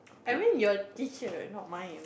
I mean your teacher not mine